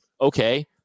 Okay